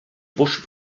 bush